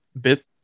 bit